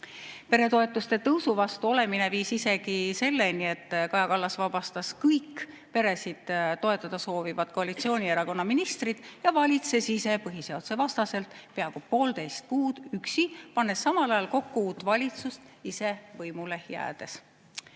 Peretoetuste tõusu vastu olemine viis isegi selleni, et Kaja Kallas vabastas kõik peresid toetada soovivad koalitsioonierakonna ministrid ja valitses ise põhiseaduse vastaselt peaaegu poolteist kuud üksi, pannes samal ajal kokku uut valitsust ise võimule jäädes.